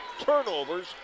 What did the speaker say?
turnovers